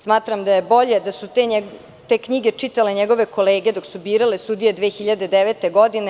Smatram da je bolje da su te knjige čitale njegove kolege dok su birale sudije 2009. godine.